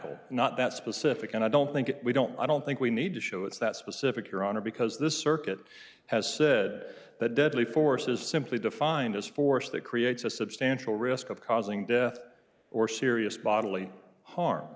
tackle not that specific and i don't think we don't i don't think we need to show is that specific your honor because this circuit has said that deadly force is simply defined as force that creates a substantial risk of causing death or serious bodily harm